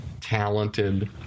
talented